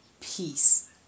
peace